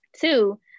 Two